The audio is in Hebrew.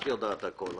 את יודעת הכול.